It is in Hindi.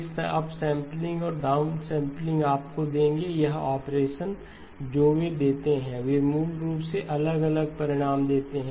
फिर अपसैंपलिंग और डाउन सैंपलिंग आपको देंगे यह ऑपरेशन जो वे देते हैं वे मूल रूप से अलग अलग परिणाम देते हैं